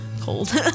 cold